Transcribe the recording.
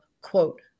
quote